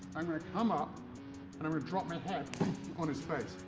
i'm gonna come up, and i'm gonna drop my head on his face.